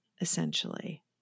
essentially